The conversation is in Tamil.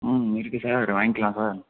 ம் இருக்கு சார் வாங்க்கலாம் சார்